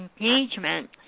engagement